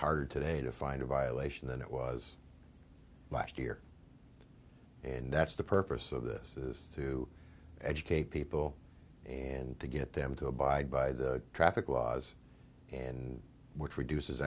harder today to find a violation than it was last year and that's the purpose of this is to educate people and to get them to abide by the traffic laws and which reduces